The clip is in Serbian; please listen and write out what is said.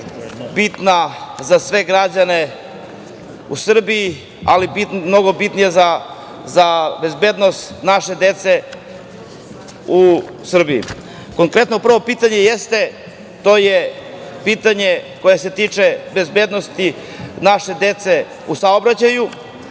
bitna za sve građane u Srbiji, ali mnogo bitnija za bezbednost naše dece u Srbiji. Konkretno, prvo pitanje jeste, to je pitanje koje se tiče naše dece i bezbednosti u saobraćaju,